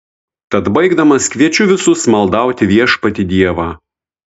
tad baigdamas kviečiu visus maldauti viešpatį dievą